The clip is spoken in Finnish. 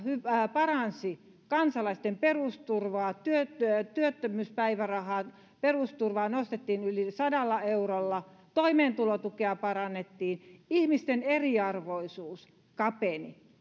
paransi kansalaisten perusturvaa työttömyyspäivärahaa perusturvaa nostettiin yli sadalla eurolla toimeentulotukea parannettiin ihmisten eriarvoisuus kapeni